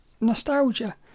nostalgia